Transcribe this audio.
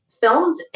filmed